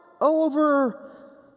over